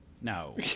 No